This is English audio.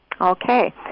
Okay